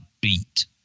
beat